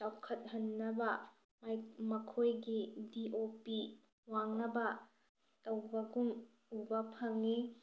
ꯆꯥꯎꯈꯠꯍꯟꯅꯕ ꯃꯈꯣꯏꯒꯤ D O P ꯋꯥꯡꯅꯕ ꯇꯧꯕꯒꯨꯝ ꯎꯕ ꯐꯪꯉꯤ